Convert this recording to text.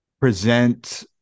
present